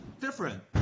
different